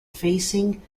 facing